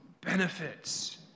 benefits